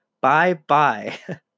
Bye-bye